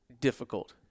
difficult